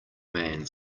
man